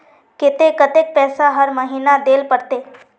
केते कतेक पैसा हर महीना देल पड़ते?